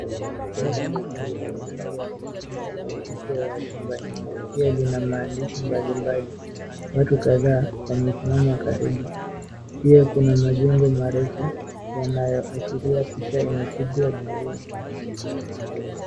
Basi jekundu lenye rangi ya kuvutia lina picha ya simba nyuma. Pia lina maandishi mbalimbali. Watu kadhaa wamesimama karibu. Pia kuna majengo marefu yanayoashiria picha imepigwa jijini.